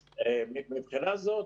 אז מבחינה הזאת,